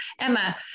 Emma